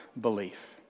belief